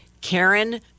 karen